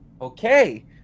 Okay